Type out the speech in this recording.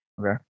Okay